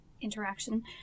interaction